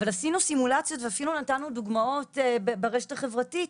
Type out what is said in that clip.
עשינו סימולציות ואפילו נתנו דוגמאות ברשת החברתית.